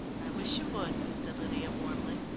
i wish you would, said lydia warmly.